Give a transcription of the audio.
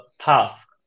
task